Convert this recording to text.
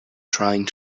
trying